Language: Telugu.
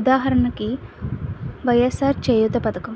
ఉదాహరణకి వైయస్సార్ చేయూత పథకం